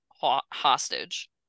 hostage